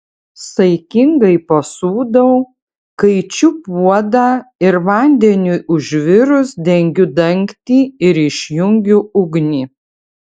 saikingai pasūdau kaičiu puodą ir vandeniui užvirus dengiu dangtį ir išjungiu ugnį